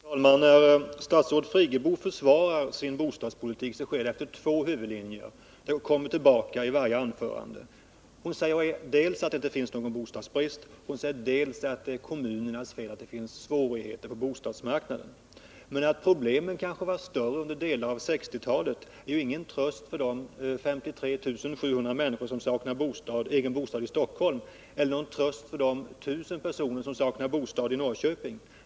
Herr talman! När statsrådet Friggebo försvarar sin bostadspolitik sker det efter två huvudlinjer som kommer tillbaka i varje anförande. Hon säger dels att det inte finns någon bostadsbrist, dels att det är kommunernas fel att det finns svårigheter på bostadsmarknaden. Att problemen kanske var större under 1960-talet är ju ingen tröst för de 53 700 människor som saknar egen bostad i Stockholm eller för de 1 000 som saknar bostad i Norrköping.